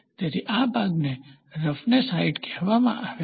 તેથી આ ભાગને રફનેસ હાઇટ તરીકે ઓળખવામાં આવે છે